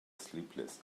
sleepless